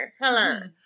hello